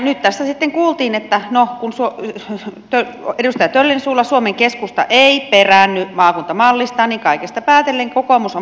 nyt tässä sitten kuultiin edustaja töllin suulla että suomen keskusta ei peräänny maakuntamallista niin että kaikesta päätellen kokoomus on perääntymässä